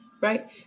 right